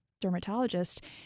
dermatologist